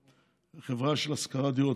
של השכרת דירות,